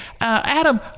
Adam